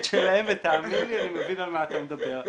שלהם ותאמין לי אני מבין על מה אתה מדבר.